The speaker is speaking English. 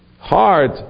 hard